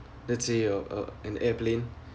let's say uh uh an airplane